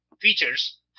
features